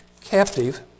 captive